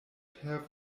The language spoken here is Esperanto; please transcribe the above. per